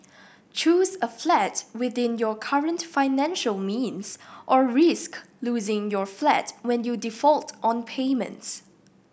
choose a flat within your current financial means or risk losing your flat when you default on payments